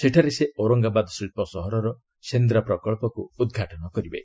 ସେଠାରେ ସେ ଔରଙ୍ଗାବାଦ ଶିଳ୍ପ ସହରର ସେନ୍ଦ୍ରା ପ୍ରକଳ୍ପକୁ ଉଦ୍ଘାଟନ କରିବେ